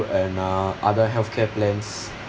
and uh other healthcare plans